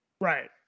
Right